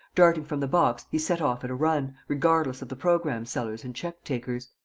darting from the box, he set off at a run, regardless of the programme-sellers and check-takers.